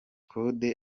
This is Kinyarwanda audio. kode